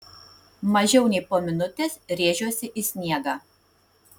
mažiau nei po minutės rėžiuosi į sniegą